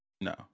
No